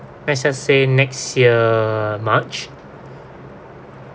let's just say next year march